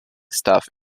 staff